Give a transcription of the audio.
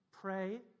Pray